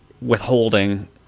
withholding